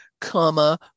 comma